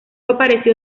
apareció